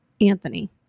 Anthony